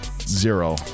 zero